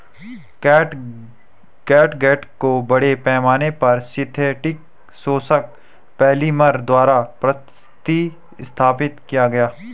catgut को बड़े पैमाने पर सिंथेटिक शोषक पॉलिमर द्वारा प्रतिस्थापित किया गया है